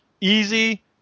easy